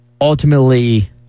ultimately